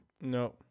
No